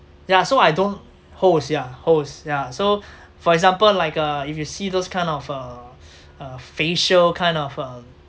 yeah so I don't holes yeah holes yeah so for example like uh if you see those kind of uh uh facial kind of uh